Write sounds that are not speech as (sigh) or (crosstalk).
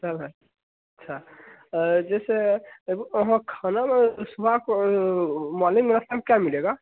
सब है अच्छा जैसे एगो वहाँ खाना (unintelligible) सुबह को मॉर्निंग में नाश्ता में क्या मिलेगा